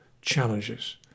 challenges